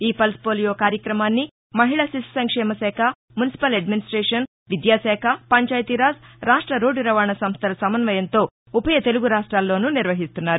ఈ pulse polio కార్యక్రమాన్ని మహిళా శిశు సంక్షేమ శాఖ మున్సిపల్ అడ్మినిస్టేషన్ విద్యాశాఖ పంచాయతీరాజ్ రాష్ట రోడ్టు రవాణా సంస్టల సమన్వయంలో ఉ భయ తెలుగు రాష్ట్రాల్లోను నిర్వహిస్తున్నారు